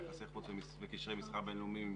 יחסי חוץ וקשרי מסחר בין-לאומיים,